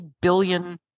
billion